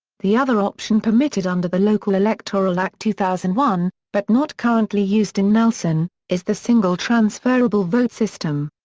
the other option permitted under the local electoral act two thousand and one, but not currently used in nelson, is the single transferable vote system.